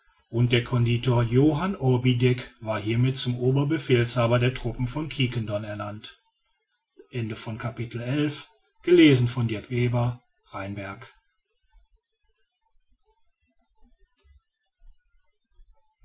und der conditor johann orbideck war hiermit zum oberfeldherrn der truppen von quiquendone ernannt